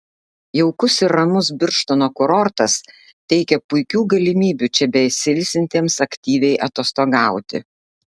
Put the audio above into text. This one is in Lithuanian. jaukus ir ramus birštono kurortas teikia puikių galimybių čia besiilsintiems aktyviai atostogauti